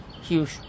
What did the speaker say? huge